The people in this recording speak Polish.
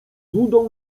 złudą